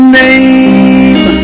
name